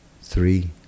three